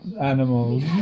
animals